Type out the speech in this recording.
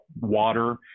water